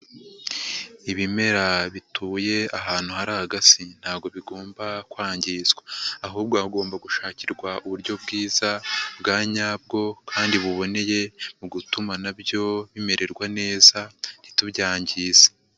Ibimera bituye ahantu hari agasi ntago bigomba kwangizwa. Ahubwo hagomba gushakirwa uburyo bwiza bwa nyabwo kandi buboneye mu gutuma na byo bimererwa neza ntitubyangize.